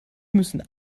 müssen